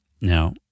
now